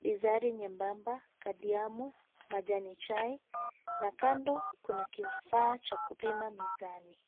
bizari nyembamba, kadiamu, majani chai, na kando kuna kifaa cha kupima mizani.